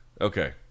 Okay